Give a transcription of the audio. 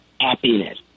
happiness